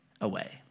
away